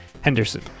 Henderson